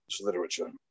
literature